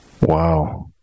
Wow